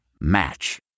Match